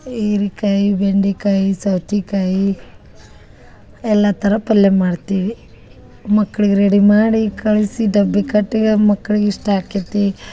ಹೀರಿಕಾಯಿ ಬೆಂಡಿಕಾಯಿ ಸೌತೇಕಾಯಿ ಎಲ್ಲ ಥರ ಪಲ್ಲೆ ಮಾಡ್ತೀವಿ ಮಕ್ಳಿಗ ರೆಡಿ ಮಾಡಿ ಕಳಿಸಿ ಡಬ್ಬಿ ಕಟ್ಟಿ ಮಕ್ಳಿಗ ಇಷ್ಟ ಆಕೈತಿ